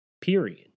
period